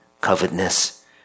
covetousness